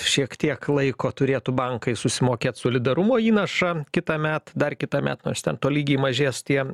šiek tiek laiko turėtų bankai susimokėt solidarumo įnašą kitąmet dar kitąmet nors ten tolygiai mažės tie